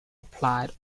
applied